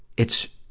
it's,